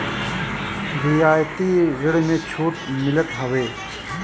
रियायती ऋण में छूट मिलत हवे